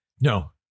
no